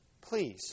please